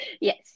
Yes